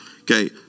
Okay